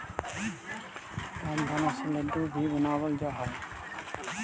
रामदाना से लड्डू भी बनावल जा हइ